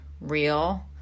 real